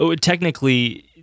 technically